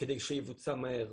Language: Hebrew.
כדי שיבוצע מהר.